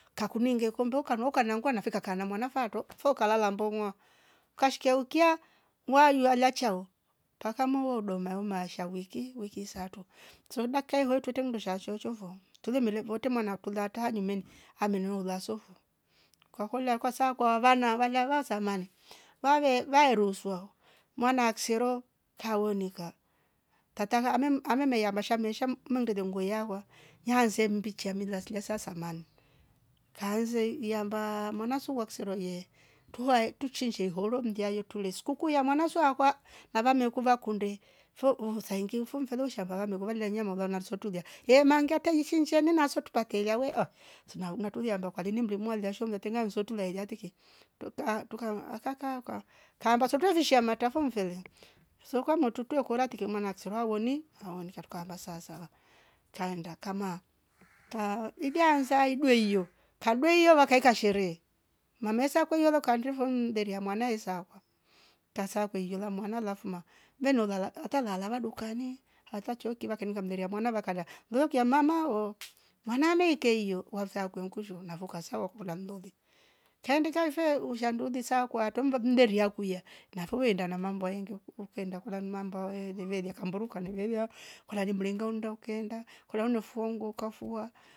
Kakuninge komba kombo kanua ukanangwa na fika kana mwana fato fokalala mbongwa kashkia ukia waiyula chao mpaka mawo doma maushawiki wiki sato soro dakka ihote tweite mndu shashoshovo tule mele vote mana kutula jumene amenio lasofo kwa kola kwa sakwa vana valia va samane vawe vaeruswao maana aksero kawonika tata hanam ana mayesha maseham mnendele nguyakwa nyanze mbili amila sliasa samana. Kaanze iyamab mwana suwa waksero ye tuwa tuchinji horo mjae tule skuku ya mwana suakwa nave mekuva kunde fo umthaingi ufumfelo shava mekoliva nyama ngana sotuja ye mangia tehie finchene neso tutakaie we ahh zima unatuyamba kwa lini mrimwa liasho ngatenga mswetule lalialitike tuka- tukamuakaka oka kamba soto visha matafo mfele soko matutuo kora tike mana ksevo woni ahh nikaroka amabasazawa kaenda kama ka ibia anza idwei yo kadweio vakaeka sherehe mamae sakwe yo kandrivo mhh mbere ya mwanae isakawa kaskwe iyola mwna lafuma ngenola atala lalava dukani ata cho kiva nganuka mneria mwana vakada ndokia mama wo mwana ameikeyo wava kuwenkusho navokasa wakulamloli kaendeka mfewe ushandulisa kwa kwayata tomva mnderi akwiya nafu wenda na mambo na yaengi uko uu kaenda kunra mamba we jevelia kamburuka kanevelia wale ri melnga undokenda kula fongo ukafua